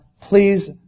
please